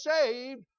saved